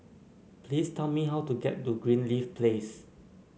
please tell me how to get to Greenleaf Place